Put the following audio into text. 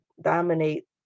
dominate